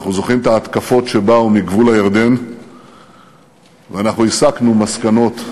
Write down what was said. אנחנו זוכרים את ההתקפות שבאו מגבול הירדן ואנחנו הסקנו מסקנות.